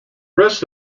rest